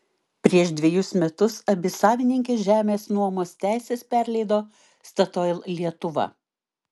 prieš dvejus metus abi savininkės žemės nuomos teises perleido statoil lietuva